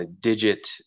digit